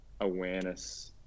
awareness